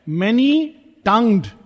many-tongued